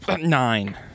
Nine